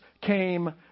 came